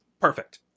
Perfect